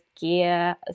gear